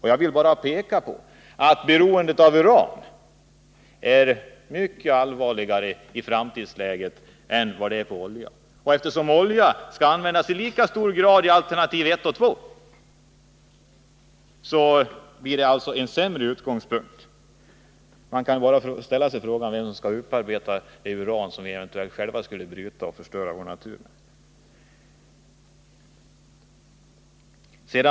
Jag vill bara peka på att beroendet av uran i framtiden kommer att vara mycket allvarligare än beroendet av olja. Eftersom oljan skall användas i lika hög grad när det gäller alternativen 1 och 2 blir det alltså ett sämre utgångsläge. Man kan bara ställa sig frågan vem som skall upparbeta det uran som vi eventuellt själva skulle bryta och som vi skulle förstöra vår natur med.